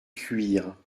cuir